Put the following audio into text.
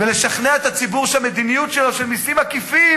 לשכנע את הציבור שהמדיניות שלו של מסים עקיפים